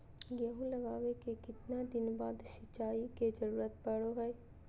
गेहूं लगावे के कितना दिन बाद सिंचाई के जरूरत पड़ो है?